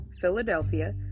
Philadelphia